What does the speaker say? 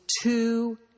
two